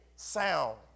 Sound